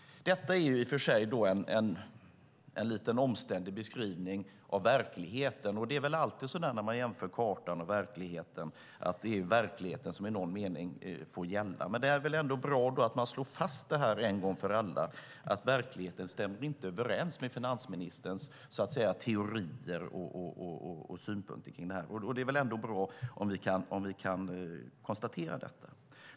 Detta är i och för sig en lite omständlig beskrivning av verkligheten. Det är väl alltid så när man jämför kartan och verkligheten, att det är verkligheten som i någon mening får gälla. Men det är ändå bra att man en gång för alla slår fast att verkligheten inte stämmer överens med finansministerns så att säga teorier och synpunkter kring detta. Det är väl ändå bra om vi kan konstatera det.